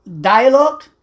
dialogue